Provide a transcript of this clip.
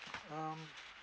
um